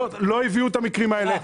לא הביאו את המקרים האלה,